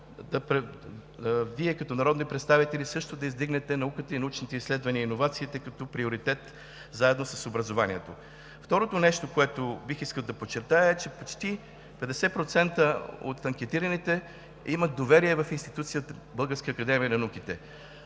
Вие, като народни представители, също да издигнете науката, научните изследвания и иновациите като приоритет, заедно с образованието. Второто нещо, което бих искал да подчертая, е, че почти 50% от анкетираните имат доверие в институцията Българска академия на науките,